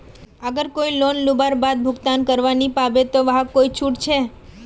अगर कोई लोन लुबार बाद भुगतान करवा नी पाबे ते वहाक कोई छुट छे?